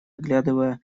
оглядывая